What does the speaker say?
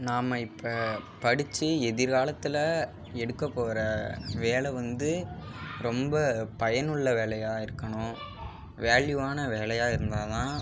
நாம் இப்போ படிச்சு எதிர்காலத்தில் எடுக்கப்போகிற வேலை வந்து ரொம்ப பயனுள்ள வேலையாக இருக்கணும் வேல்யூவான வேலையாக இருந்தால் தான்